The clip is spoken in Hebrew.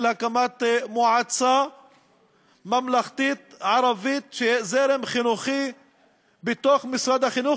של הקמת מועצה ממלכתית ערבית של זרם חינוכי בתוך משרד החינוך,